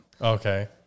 Okay